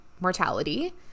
mortality